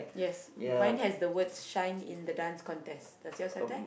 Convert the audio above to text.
yes my has the words shine in the Dance Contest does yours have that